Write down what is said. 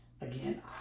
Again